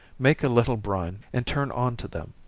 make a little brine, and turn on to them.